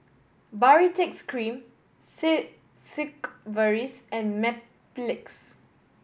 Baritex Cream Sigvaris and Mepilex